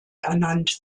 ernannt